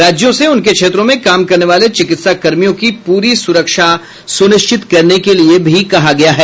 राज्यों से उनके क्षेत्रों में काम करने वाले चिकित्सा कर्मियों की पूरी सुरक्षा सुनिश्चित करने के लिए भी कहा गया है